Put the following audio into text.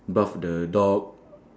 bath the dog